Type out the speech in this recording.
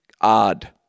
odd